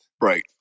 Right